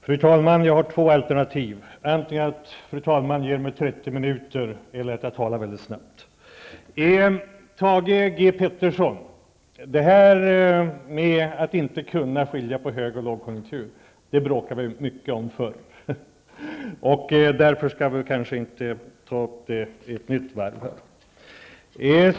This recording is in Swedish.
Fru talman! Jag har två alternativ, antingen att fru talman ger mig 30 minuter eller att jag talar mycket snabbt. Thage G Peterson, att inte kunna skilja på hög och lågkonjunktur bråkade vi mycket om förr. Därför skall jag inte ta upp den frågan igen.